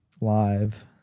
live